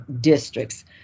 districts